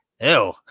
ew